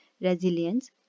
Resilience